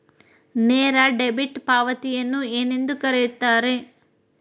ನೇರ ಡೆಬಿಟ್ ಪಾವತಿಯನ್ನು ಏನೆಂದು ಕರೆಯುತ್ತಾರೆ?